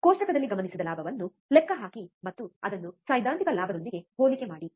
ಕೋಷ್ಟಕದಲ್ಲಿ ಗಮನಿಸಿದ ಲಾಭವನ್ನು ಲೆಕ್ಕಹಾಕಿ ಮತ್ತು ಅದನ್ನು ಸೈದ್ಧಾಂತಿಕ ಲಾಭದೊಂದಿಗೆ ಹೋಲಿಕೆ ಮಾಡಿ